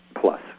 plus